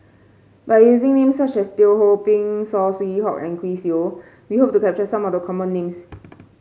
by using names such as Teo Ho Pin Saw Swee Hock and Chris Yeo we hope to capture some of the common names